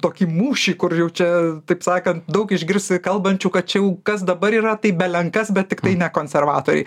tokį mūšį kur jau čia taip sakan daug išgirsi kalbančių tačiau kas dabar yra tai belenkas bet tiktai ne konservatoriai